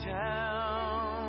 town